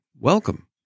Welcome